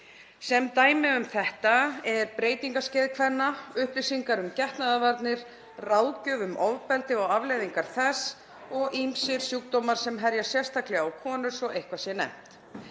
Dæmi um þetta eru breytingaskeið kvenna, upplýsingar um getnaðarvarnir, ráðgjöf um ofbeldi og afleiðingar þess og ýmsir sjúkdómar sem herja sérstaklega á konur, svo eitthvað sé nefnt.